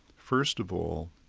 first of all,